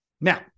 now